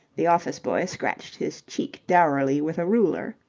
the office-boy scratched his cheek dourly with a ruler.